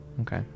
Okay